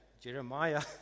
Jeremiah